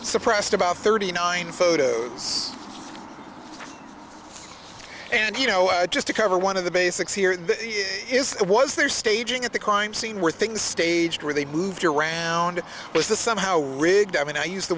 suppressed about thirty nine photos and you know just to cover one of the basics here is was there staging at the crime scene where things staged where they moved around with the somehow rigged i mean i used the